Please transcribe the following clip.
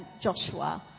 Joshua